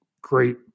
great